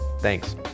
Thanks